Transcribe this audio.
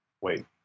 wait